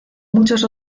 muchos